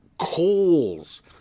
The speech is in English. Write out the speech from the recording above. calls